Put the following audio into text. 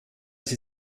sie